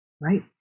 right